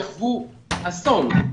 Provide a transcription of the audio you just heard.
יחוו אסון,